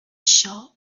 shop